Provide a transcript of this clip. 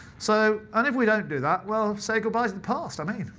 so and if we don't do that, well, say goodbye to the past, i mean.